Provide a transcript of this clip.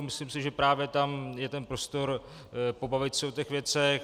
Myslím si, že právě tam je prostor pobavit se o těch věcech.